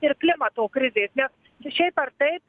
ir klimato krizės nes šiaip ar taip